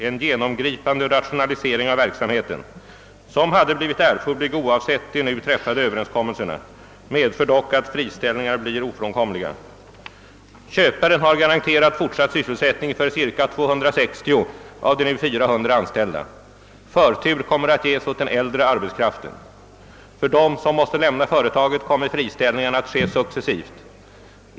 En genomgripande rationalisering av verksamheten -— som hade blivit erforderlig oavsett de nu träffade överenskommelserna — medför dock att friställningar blir ofrånkomliga. Köparen har garanterat fortsatt sysselsättning för cirka 260 av de nu 400 anställda. Förtur kommer att ges åt den äldre arbetskraften. För dem som måste lämna företaget kommer friställningarna att ske successivt.